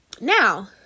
Now